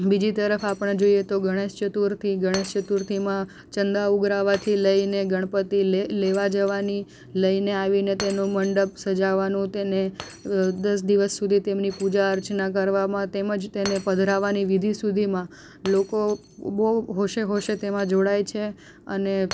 બીજી તરફ આપણે જોઈએ તો ગણેશ ચતુર્થી ગણેશ ચતુર્થીમાં ચંદા ઉઘરાવવાથી લઈને ગણપતિ લેવા જવાની લઈને આવીને તેનો મંડપ સજાવવાનો તેને દસ દિવસ સુધી તેમની પૂજા અર્ચના કરવામાં તેમજ તેને પધરાવવાની વિધિ સુધીમાં લોકો બહુ હોંશે હોંશે તેમાં જોડાય છે અને